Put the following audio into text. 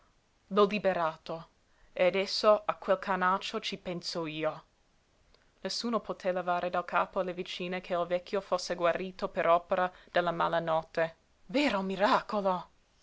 l'ho liberato e adesso a quel canaccio ci penso io nessuno poté levare dal capo alle vicine che il vecchio fosse guarito per opera della malanotte vero miracolo